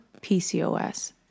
PCOS